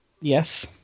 Yes